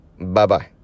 Bye-bye